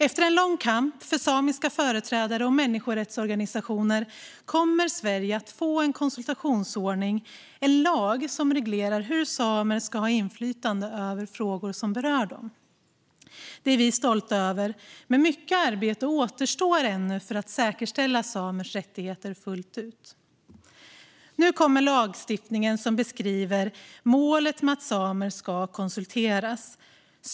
Efter en lång kamp för samiska företrädare och människorättsorganisationer kommer Sverige att få en konsultationsordning, en lag som reglerar hur samer ska ha inflytande över frågor som berör dem. Det är vi stolta över. Men mycket arbete återstår för att säkerställa samers rättigheter fullt ut. Nu kommer lagstiftningen som beskriver målet med att samer ska konsulteras.